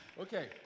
Okay